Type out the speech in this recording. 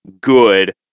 good